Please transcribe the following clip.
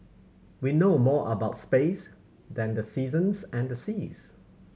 we know more about space than the seasons and the seas